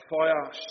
fire